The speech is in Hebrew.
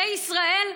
בישראל,